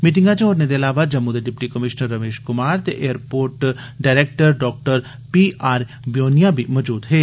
मीटिंगै च होरने दे इलावा जम्मू दे डिप्टी कमिषनर रमेष कुमार ते airport director Dr P R ब्यूनिया बी मजूद हे